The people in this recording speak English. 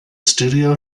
studio